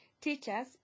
teachers